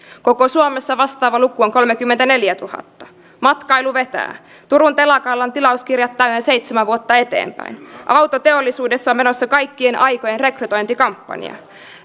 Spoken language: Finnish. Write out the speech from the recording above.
koko suomessa vastaava luku on kolmekymmentäneljätuhatta matkailu vetää turun telakalla on tilauskirjat täynnä seitsemän vuotta eteenpäin autoteollisuudessa on menossa kaikkien aikojen rekrytointikampanja